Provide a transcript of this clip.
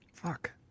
Fuck